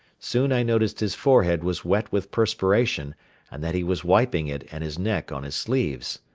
soon i noticed his forehead was wet with perspiration and that he was wiping it and his neck on his sleeves.